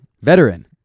Veteran